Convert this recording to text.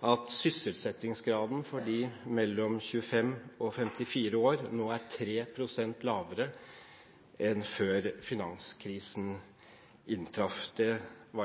54 år nå er 3 pst. lavere enn før finanskrisen inntraff. – Det er et